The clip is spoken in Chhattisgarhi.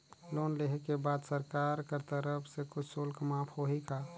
लोन लेहे के बाद सरकार कर तरफ से कुछ शुल्क माफ होही का?